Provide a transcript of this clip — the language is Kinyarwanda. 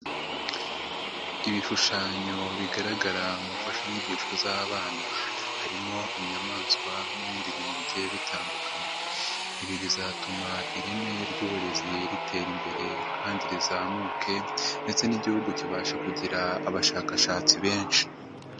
Ibishushanyo bigaragara mu mfashanyigisho z'abana harimo inyamaswa n'ibindi bintu bigiye bitandukanye, ibi bizatuma ireme ry'uburezi ritera imbere kandi rizamuke ndetse n'igihugu kibasha kugira abashakashatsi benshi.